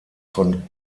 von